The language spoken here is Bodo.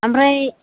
आमफ्राय